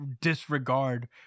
disregard